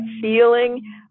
feeling